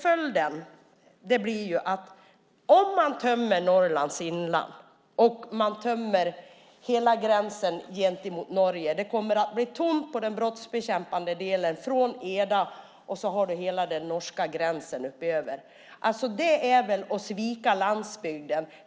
Följden blir att man tömmer Norrlands inland och hela gränsen mot Norge. Det kommer att bli tomt på den brottsbekämpande delen från Eda och längs hela den norska gränsen uppöver. Det är väl att svika landsbygden.